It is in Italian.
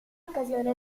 occasione